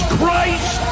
Christ